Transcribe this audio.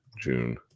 June